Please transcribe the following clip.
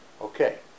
Okay